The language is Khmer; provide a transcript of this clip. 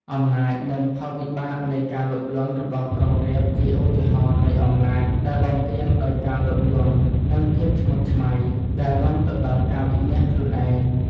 អំណាច និងផលវិបាកនៃការលោភលន់របស់ក្រុងរាពណ៍ជាឧទាហរណ៍នៃអំណាចដែលបំពានដោយការលោភលន់ និងភាពឆ្មើងឆ្មៃ ដែលនាំទៅដល់ការវិនាសខ្លួនឯង ។